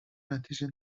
نتیجه